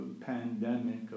pandemic